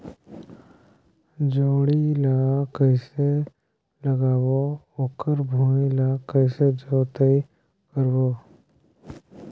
जोणी ला कइसे लगाबो ओकर भुईं ला कइसे जोताई करबो?